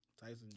Tyson